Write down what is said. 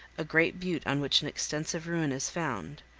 a great butte on which an extensive ruin is found,